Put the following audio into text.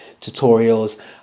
tutorials